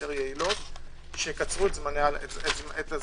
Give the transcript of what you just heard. יותר יעילות שיקצרו את הזמנים.